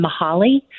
Mahali